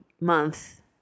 month